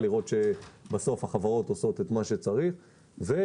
לראות שהחברות עושות את מה שצריך ותהליכים